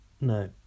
no